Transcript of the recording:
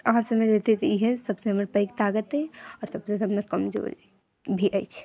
अहाँ समझि लैतियै कि इएह सभसँ हमर पैघ ताकत अइ आओर सभसँ कमजोरी भी अछि